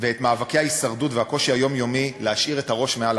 ואת מאבקי ההישרדות והקושי היומיומי להשאיר את הראש מעל